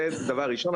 זה דבר ראשון.